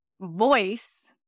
voice